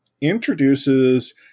introduces